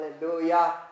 hallelujah